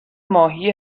ماهی